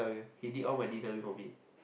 he did all my D_W for me